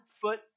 foot